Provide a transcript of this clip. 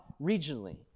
regionally